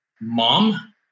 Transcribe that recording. mom